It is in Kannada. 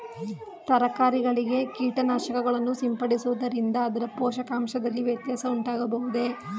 ತರಕಾರಿಗಳಿಗೆ ಕೀಟನಾಶಕಗಳನ್ನು ಸಿಂಪಡಿಸುವುದರಿಂದ ಅದರ ಪೋಷಕಾಂಶದಲ್ಲಿ ವ್ಯತ್ಯಾಸ ಉಂಟಾಗುವುದೇ?